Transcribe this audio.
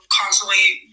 constantly